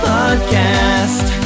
Podcast